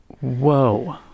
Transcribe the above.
Whoa